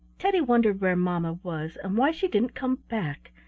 teddy wondered where mamma was, and why she didn't come back,